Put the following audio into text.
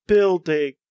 Building